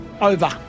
over